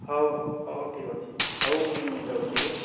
ହେଉ ହେଉ ଠିକ୍ ଅଛି ହେଉ ମୁଁ ଯାଉଛି ହେଲା